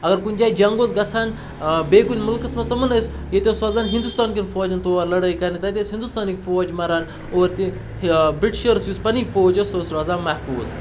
اگر کُنہِ جایہِ جنٛگ اوس گژھان بیٚیہِ کُنہِ مُلکَس منٛز تمَن ٲسۍ ییٚتہِ اوس سوزَن ہِندوستانکٮ۪ن فوجَن تور لڑٲے کَنہِ تَتہِ ٲسۍ ہِندوستانٕکۍ فوج مَران اور تہِ بِرٛٹِشٲرٕز یُس پَنٕنۍ فوج ٲس سۄ ٲس روزان محفوٗظ